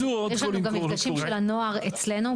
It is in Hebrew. יש לנו גם מפגשים של הנוער אצלנו,